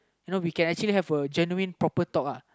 you know we can actually have a genuine proper talk uh